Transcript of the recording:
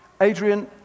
Adrian